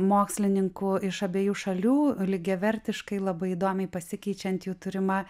mokslininkų iš abiejų šalių lygiavertiškai labai įdomiai pasikeičiant jų turima